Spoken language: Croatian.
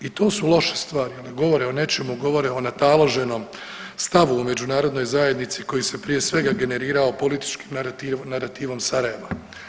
I to su loše stvari one govore o nečemu, govore o nataloženom stavu u međunarodnoj zajednici koji se prije svega generirao političkim narativom Sarajeva.